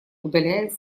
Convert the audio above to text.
удаляясь